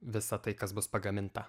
visa tai kas bus pagaminta